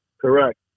Correct